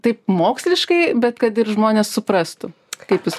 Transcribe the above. taip moksliškai bet kad žmonės suprastų kaip jūs